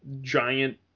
giant